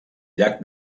llac